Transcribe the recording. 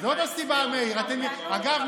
אגב,